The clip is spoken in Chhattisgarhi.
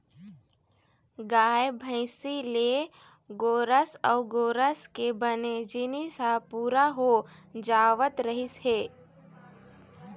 गाय, भइसी ले गोरस अउ गोरस के बने जिनिस ह पूरा हो जावत रहिस हे